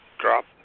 drop